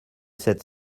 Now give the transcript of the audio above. sept